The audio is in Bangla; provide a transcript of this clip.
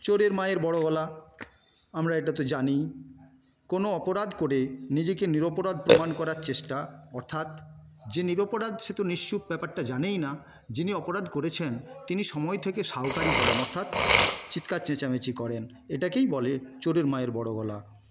চোরের মায়ের বড় গলা আমরা এটা তো জানিই কোনো অপরাধ করে নিজেকে নিরপরাধ প্রমাণ করার চেষ্টা অর্থাৎ যে নিরপরাধ সে তো নিশ্চুপ ব্যাপারটা জানেইনা যিনি অপরাধ করেছেন তিনি সময় থেকে সাউকারি করেন অর্থাৎ চিৎকার চেঁচামেচি করেন এটাকেই বলে চোরের মায়ের বড় গলা